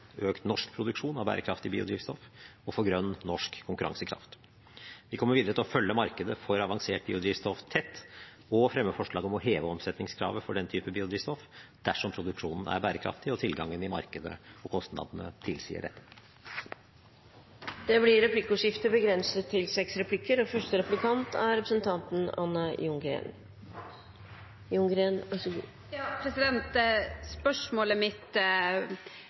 økt norsk produksjon av bærekraftig biodrivstoff og for grønn norsk konkurransekraft. Vi kommer videre til å følge markedet for avansert biodrivstoff tett og fremme forslag om å heve omsetningskravet for denne typen biodrivstoff, dersom produksjonen er bærekraftig og tilgangen i markedet og kostnadene tilsier dette. Det blir replikkordskifte.